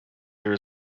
there